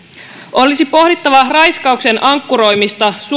olisi pohdittava raiskauksen ankkuroimista